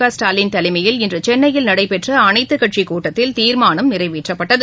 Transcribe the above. கஸ்டாலின் தலைமையில் இன்றுசென்னையில் நடைபெற்றஅனைத்துக்கட்சிக் கூட்டத்தில் தீர்மானம் நிறைவேற்றப்பட்டது